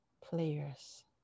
players